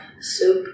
soup